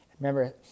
Remember